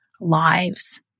lives